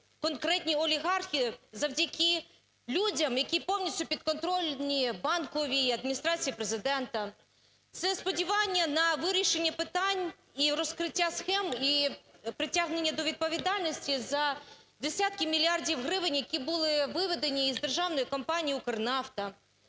конкретні олігархи завдяки людям, які повністю підконтрольні Банковій, Адміністрації Президента. Це сподівання на вирішення питань і розкриття схем, і притягнення до відповідальності за десятки мільярдів гривень, які були виведені із державної компанії "Укрнафта".